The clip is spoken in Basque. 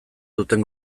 duten